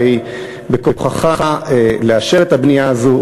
הרי בכוחך לאשר את הבנייה הזו.